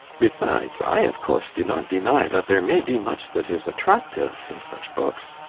besides, i of course do not deny that there may be much that is attractive in such books.